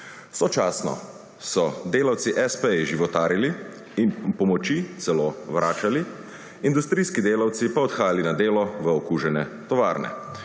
Sočasno so delavci espeji životarili in pomoči celo vračali, industrijski delavci pa odhajali na delo v okužene tovarne.